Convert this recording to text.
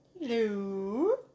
Hello